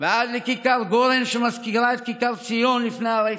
ועד לכיכר גורן, שמזכירה את כיכר ציון לפני הרצח.